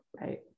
Right